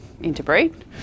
interbreed